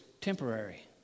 temporary